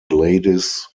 gladys